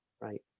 right